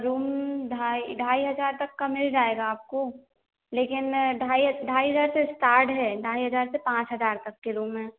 room ढाई ढाई हज़ार तक का मिल जाएगा आपको लेकिन ढाई ढाई हज़ार से इस्टार्ट है ढाई हज़ार से पाँच हज़ार तक के रूम हैं